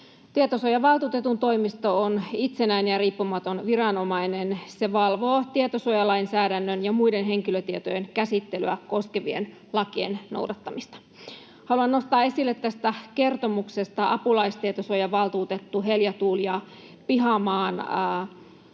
Tietosuojavaltuutetun toimisto on itsenäinen ja riippumaton viranomainen. Se valvoo tietosuojalainsäädännön ja muiden henkilötietojen käsittelyä koskevien lakien noudattamista. Haluan nostaa esille tästä kertomuksesta apulaistietosuojavaltuutettu Heljä-Tuulia Pihamaan